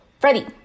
Freddie